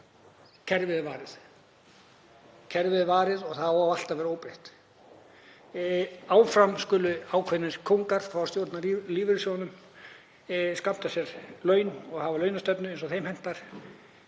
Kerfið er varið og þar á allt að vera óbreytt. Áfram skulu ákveðnir kóngar fá að stjórna lífeyrissjóðunum, skammta sér laun og hafa launastefnu eins og þeim hentar,